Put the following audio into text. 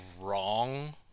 wrong